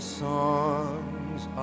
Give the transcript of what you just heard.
songs